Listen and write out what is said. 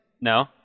No